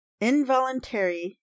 involuntary